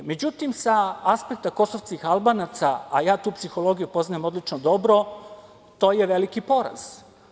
Međutim, sa apsekta kosovskih Albanaca, a ja tu psihologiju poznajem odlično dobro, to je veliki poraz.